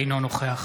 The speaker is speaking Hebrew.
אינו נוכח